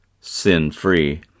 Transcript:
sin-free